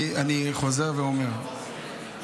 אני חוזר ואומר,